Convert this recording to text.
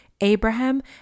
Abraham